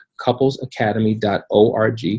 couplesacademy.org